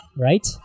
right